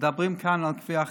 מדברים כאן על כפייה חרדית.